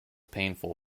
painful